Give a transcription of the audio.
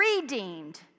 redeemed